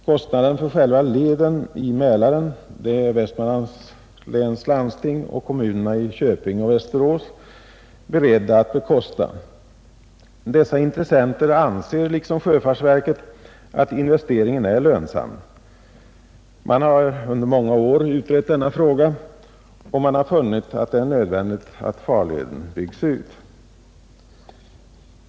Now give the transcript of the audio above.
Kostnaden för själva leden i Mälaren är Västmanlands läns landsting och kommunerna Köping och Västerås beredda att bekosta. Dessa intressenter anser, liksom sjöfartsverket, att investeringen är lönsam. Man har under många år utrett denna fråga och man har funnit att det är nödvändigt att farleden byggs ut.